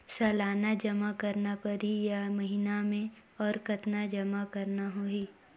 सालाना जमा करना परही या महीना मे और कतना जमा करना होहि?